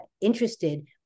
interested